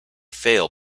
fail